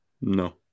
No